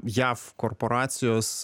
jav korporacijos